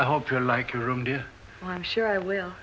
i hope you like your room dear i'm sure i will